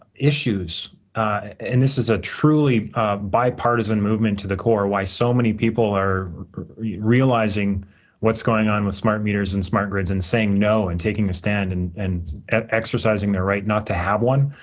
issues, and this is a truly bipartisan movement to the core, why so many people are realizing what's going on with smart meters and smart grids, and saying no, and taking a stand, and and exercising their right not to have one.